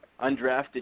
undrafted